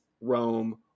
rome